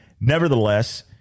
nevertheless